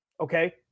Okay